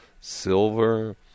silver